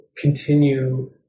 continue